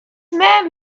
man